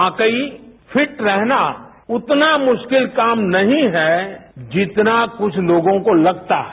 वाकई फिट रहना उतना मुश्किल काम नहीं है जिंतना कुछ लोगो को लगता है